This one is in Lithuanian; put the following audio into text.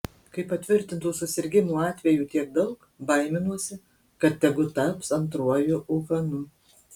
kai patvirtintų susirgimų atvejų tiek daug baiminuosi kad tegu taps antruoju uhanu